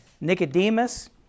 Nicodemus